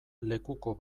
lekuko